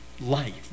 life